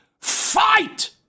fight